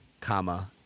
comma